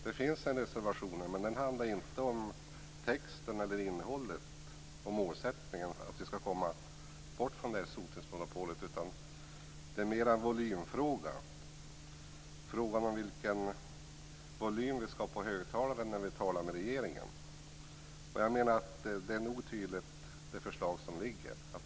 Det finns en reservation, men den handlar inte om innehållet och målsättningen att komma bort från sotningsmonopolet. Det gäller mera frågan om vilken volym vi ska ha på högtalaren när vi talar med regeringen. Jag menar att det räcker med det föreliggande förslaget.